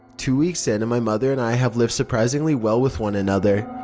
two weeks in and my mother and i have lived surprisingly well with one another,